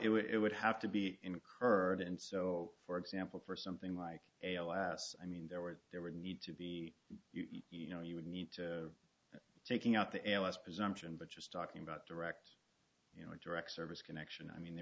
well it would have to be incurred and so for example for something like a last i mean there were there would need to be you know you would need to taking out the ls presumption but just talking about direct you know a direct service connection i mean they